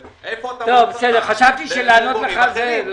איפה התאמות שכר למורים אחרים?